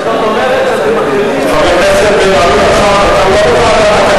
זאת אומרת שאתם מתירים חבר הכנסת